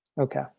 Okay